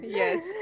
yes